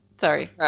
Sorry